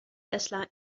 tesla